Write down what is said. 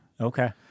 Okay